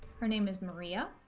her name is maria,